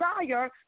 desire